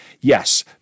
Yes